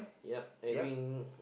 yup having